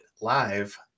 live